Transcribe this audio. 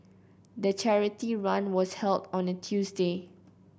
the charity run was held on a Tuesday